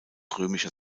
römischer